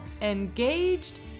engaged